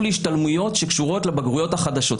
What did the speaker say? להשתלמויות שקשורות לבגרויות החדשות.